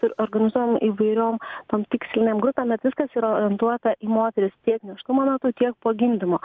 ir organizuojam įvairiom tom tikslinėm grupėm bet viskas yra orientuota į moteris tiek nėštumo metu tiek po gimdymo